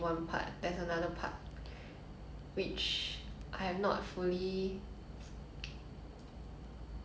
hmm gone through so I think I will just stay it's too early to tell 还太早 you know to 辞职